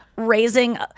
raising